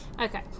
Okay